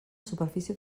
superfície